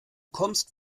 kommst